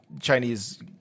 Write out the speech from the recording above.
chinese